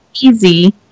Easy